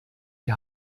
die